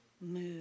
move